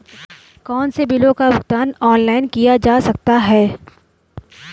कौनसे बिलों का भुगतान ऑनलाइन किया जा सकता है?